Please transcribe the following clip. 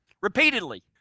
Repeatedly